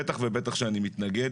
בטח ובטח שאני מתנגד.